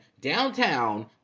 downtown